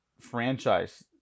franchise